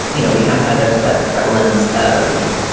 you know, we have had a ah prevalence of.